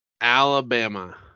Alabama